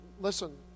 Listen